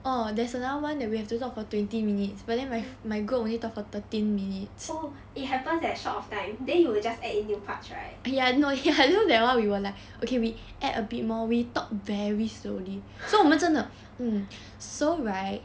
oh it happens that short of time then you will just add in new parts right